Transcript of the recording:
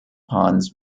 ponds